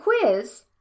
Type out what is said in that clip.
quiz